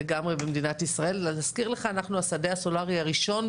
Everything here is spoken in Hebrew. וספק החשמל פשוט יוכל להכניס אגירה בתוך רשת החלוקה היכן שצריך,